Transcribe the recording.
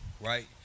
Right